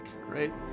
right